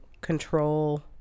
control